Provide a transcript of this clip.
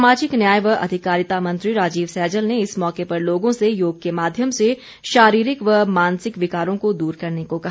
सामाजिक न्याय व अधिकारिता मंत्री राजीव सैजल ने इस मौके पर लोगों से योग के माध्यम से शारीरिक व मानसिक विकारों को दूर करने को कहा